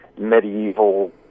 medieval